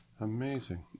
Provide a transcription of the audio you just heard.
Amazing